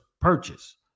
purchase